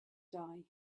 die